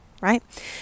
right